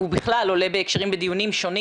הוא בכלל עולה בהקשרים בדיונים שונים.